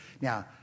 Now